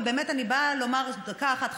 ובאמת אני באה לומר: דקה אחת,